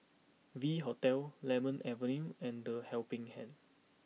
V Hotel Lemon Avenue and the Helping Hand